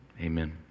Amen